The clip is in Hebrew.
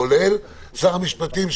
כולל שר המשפטים,